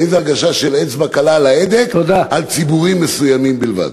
איזו הרגשה של אצבע קלה על ההדק לגבי ציבורים מסוימים בלבד.